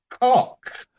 cock